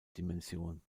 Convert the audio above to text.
dimension